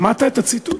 שמעת את הציטוט?